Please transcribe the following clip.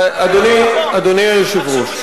אדוני היושב-ראש,